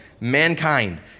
mankind